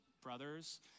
brothers